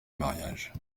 mariage